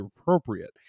appropriate